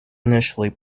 initially